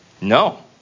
No